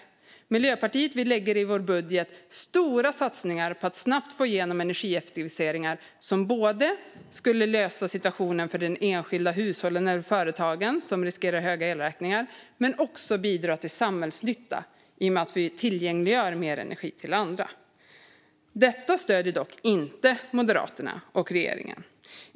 Vi i Miljöpartiet lägger i vår budget stora satsningar på att snabbt få igenom energieffektiviseringar som skulle lösa situationen för de enskilda hushållen och företagen, som riskerar höga elräkningar, men också bidra till samhällsnytta i och med att vi tillgängliggör mer energi till andra. Detta stöder dock inte Moderaterna och regeringen.